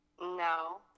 No